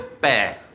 Bear